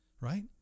right